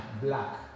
black